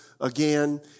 again